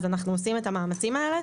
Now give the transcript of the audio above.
אז אנחנו עושים את המאמצים האלה.